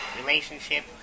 relationship